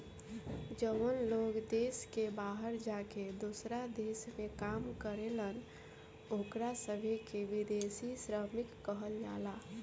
जवन लोग देश के बाहर जाके दोसरा देश में काम करेलन ओकरा सभे के विदेशी श्रमिक कहल जाला